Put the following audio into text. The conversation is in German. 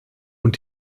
und